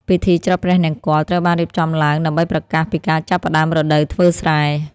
ពិធីច្រត់ព្រះនង្គ័ល ត្រូវបានរៀបចំឡើងដើម្បីប្រកាសពីការចាប់ផ្តើមរដូវធ្វើស្រែ។